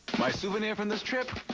my souvenir from this trip?